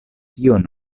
kion